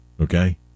Okay